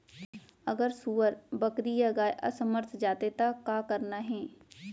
अगर सुअर, बकरी या गाय असमर्थ जाथे ता का करना हे?